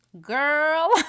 Girl